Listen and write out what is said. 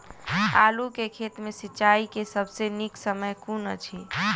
आलु केँ खेत मे सिंचाई केँ सबसँ नीक समय कुन अछि?